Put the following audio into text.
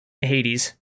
Hades